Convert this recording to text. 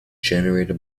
generated